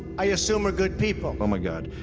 i assume, are good people. oh, my god,